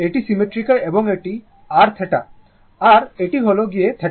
এটি সিমেট্রিক্যাল এবং এটি r θ আর এটি হল গিয়ে θ